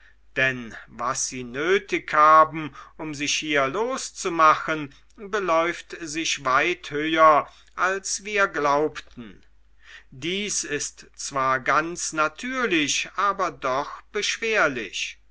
denn was sie nötig haben um sich hier loszumachen beläuft sich weit höher als wir glaubten dies ist zwar ganz natürlich aber doch beschwerlich